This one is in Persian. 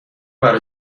برا